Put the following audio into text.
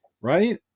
right